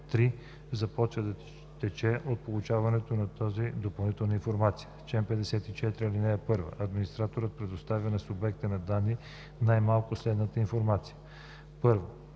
3 започва да тече от получаването на тази допълнителна информация. Чл. 54. (1) Администраторът предоставя на субекта на данни най-малко следната информация: 1.